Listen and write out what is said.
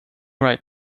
right